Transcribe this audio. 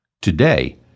Today